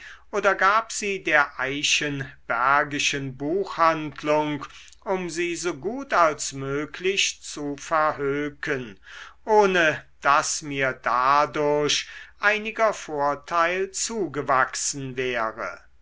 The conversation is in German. oder gab sie der eichenbergischen buchhandlung um sie so gut als möglich zu verhöken ohne daß mir dadurch einiger vorteil zugewachsen wäre